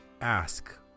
ask